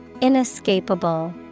Inescapable